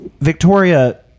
Victoria